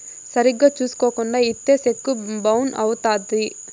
సరిగ్గా చూసుకోకుండా ఇత్తే సెక్కు బౌన్స్ అవుత్తది